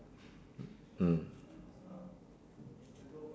mm